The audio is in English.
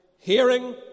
hearing